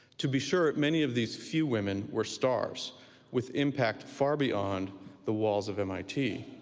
to be sure, many of these few women were stars with impact far beyond the walls of mit.